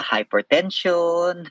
Hypertension